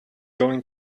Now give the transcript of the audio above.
going